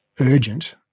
urgent